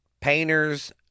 painters